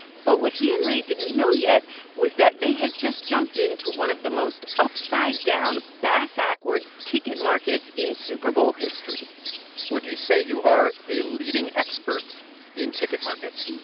but what he and ray didn't know yet was that they had just jumped into one of the most upside-down, bass-ackwards ticket markets in super bowl history would you say you are a leading expert in ticket markets?